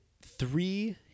three